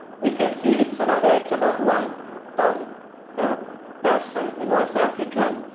we can see it's an average about one ton per person in north africa,